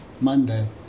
Monday